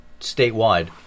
statewide